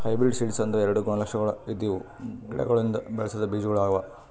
hybrid seeds ಅಂದುರ್ ಎರಡು ಗುಣ ಲಕ್ಷಣಗೊಳ್ ಇದ್ದಿವು ಗಿಡಗೊಳಿಂದ್ ಬೆಳಸಿದ್ ಬೀಜಗೊಳ್ ಅವಾ